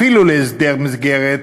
אפילו להסדר מסגרת,